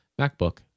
MacBook